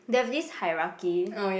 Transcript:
there's this hierarchy